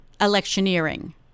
electioneering